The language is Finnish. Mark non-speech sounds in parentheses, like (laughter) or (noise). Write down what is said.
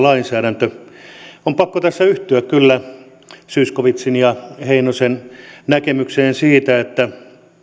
(unintelligible) lainsäädäntö on pakko tässä yhtyä kyllä zyskowiczin ja heinosen näkemykseen siitä että